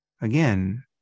again